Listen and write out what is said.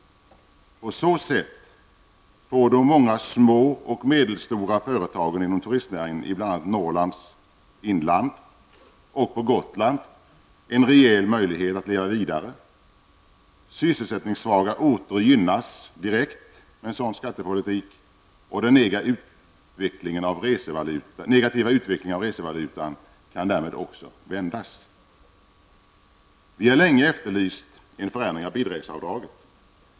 På så sätt får de många små och medelstora företagen inom turistnäringen i bland annat Norrlands inland och på Gotland en reell möjlighet att leva vidare. Sysselsättningssvaga orter gynnas direkt med en sådan skattepolitik. Den negativa utvecklingen av resevalutan kan därmed också vändas. Vi har länge efterlyst en förändring av bilreseavdraget.